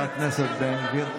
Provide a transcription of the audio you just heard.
חבר הכנסת בן גביר.